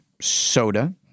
soda